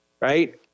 right